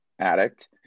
addict